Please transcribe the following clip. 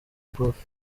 prof